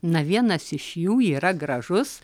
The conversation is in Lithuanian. na vienas iš jų yra gražus